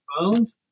found